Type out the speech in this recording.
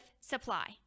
Supply